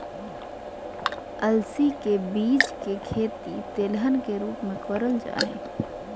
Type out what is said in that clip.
अलसी के बीज के खेती तेलहन के रूप मे करल जा हई